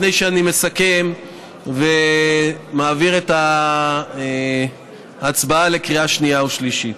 לפני שאני מסכם ומעביר את זה להצבעה בקריאה שנייה ושלישית: